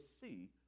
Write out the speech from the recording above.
see